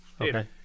Okay